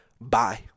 Bye